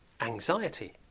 anxiety